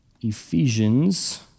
Ephesians